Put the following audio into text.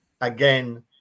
again